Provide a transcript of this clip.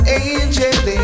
angel